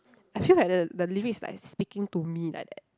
I feel like the the lyrics like speaking to me like that